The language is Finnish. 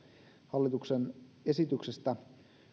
hallituksen esityksestä